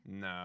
No